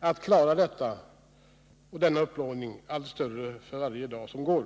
att klara detta allt större för varje dag som går.